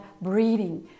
breathing